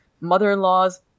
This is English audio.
mother-in-laws